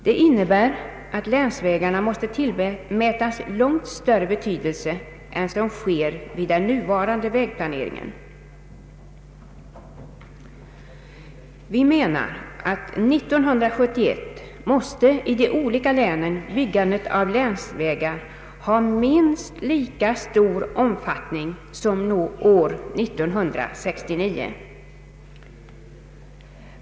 Det innebär att länsvägarna måste tillmätas långt större betydelse än som sker vid den nuvarande vägplaneringen. Vi anser att 1971 måste i de olika länen byggandet av länsvägar ha minst lika stor omfattning som 1969.